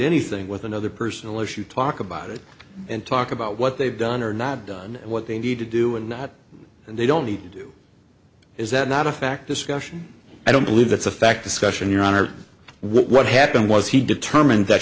anything with another personal issue talk about it and talk about what they've done or not done what they need to do and not and they don't need to do is that not a fact discussion i don't believe it's a fact discussion your honor what happened was he determined that